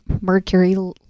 mercury